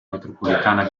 metropolitana